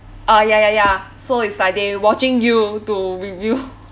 ah ya ya ya so it's like they watching you to reveal